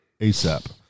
ASAP